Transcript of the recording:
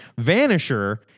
Vanisher